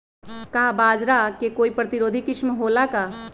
का बाजरा के कोई प्रतिरोधी किस्म हो ला का?